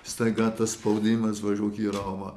staiga tas spaudimas važiuok į romą